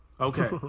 Okay